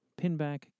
Pinback